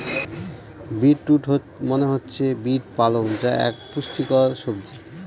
beet root মনে হচ্ছে beet পালং যা এক পুষ্টিকর সবজি